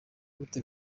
gute